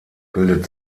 bildet